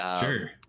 Sure